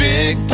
Big